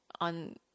on